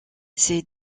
ces